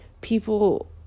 People